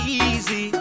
easy